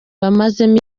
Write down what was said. bamazemo